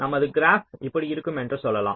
நமது கிராப் இப்படி இருக்கும் என்று சொல்லலாம்